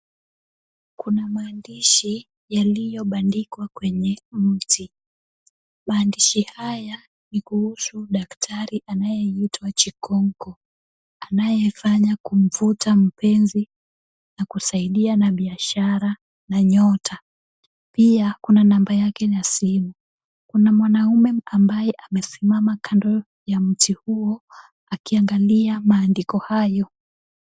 Kuna maandishi yaliyobandikwa kwenye mti. Maandishi haya ni kuhusu daktari anayeitwa Chikonko, anayefanya kumfuta mpenzi, na kusaidia na biashara na nyota. Pia kuna number yake ya simu. Kuna mwanaume ambaye amesimama kando ya mti huo, akiangalia maandiko hayo.